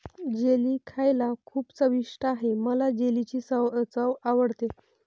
jelly खायला खूप चविष्ट आहे मला जेलीची चव आवडते